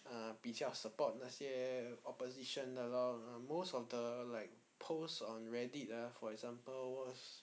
uh 比较 support 那些 opposition 的 lor most of the like posts on reddit ah for example was